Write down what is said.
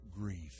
grief